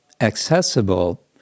accessible